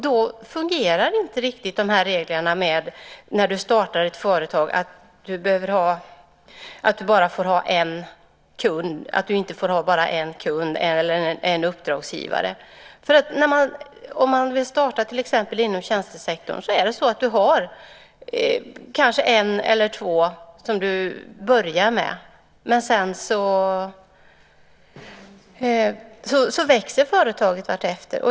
Då fungerar inte de här reglerna riktigt som säger att man inte får ha bara en kund eller en uppdragsgivare när man startar ett företag. Om man till exempel vill starta ett företag inom tjänstesektorn så har man kanske en eller två kunder som man börjar med, och sedan växer företaget vartefter.